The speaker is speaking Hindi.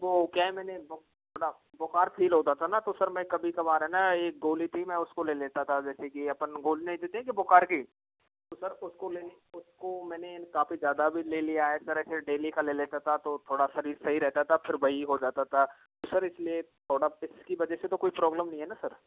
वो क्या है मैने बोला बुखार फील होता था ना तो सर मैं कभी कभार है ना एक गोली थी मैं उसको ले लेता था जैसे की अपन गोली नहीं देते जो बुखार की तो सर उसको ले उसको मैंने काफ़ी ज़्यादा भी ले लिया है सर ऐसे डेली का ले लेता था तो थोड़ा शरीर सही रहता था फिर वही हो जाता था सर इसलिए थोड़ा इस की वजह से तो कोई प्रॉब्लम नहीं है ना सर